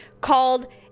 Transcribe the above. called